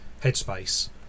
headspace